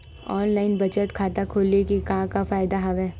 online बचत खाता खोले के का का फ़ायदा हवय